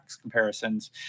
comparisons